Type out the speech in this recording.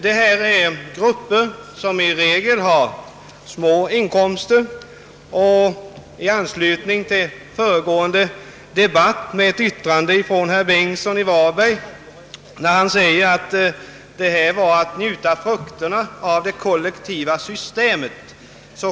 I regel gäller det här grupper med små inkomster. Vid behandlingen av förra ärendet sade herr Bengtsson i Varberg att de försäkrade nu njöt frukterna av det kollektiva systemet.